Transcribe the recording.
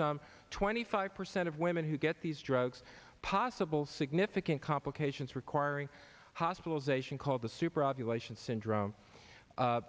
some twenty five percent of women who get these drugs possible significant complications requiring hospitalization called the super observation syndrome